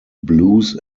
blues